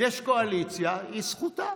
יש קואליציה, זכותה.